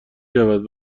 رود